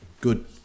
good